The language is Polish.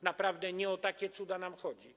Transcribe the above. Naprawdę nie o takie cuda nam chodzi.